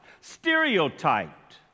stereotyped